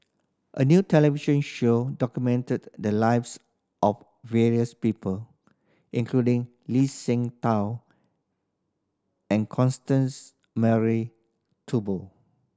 a new television show documented the lives of various people including Lee Seng Tao and Constance Mary Turnbull